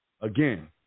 again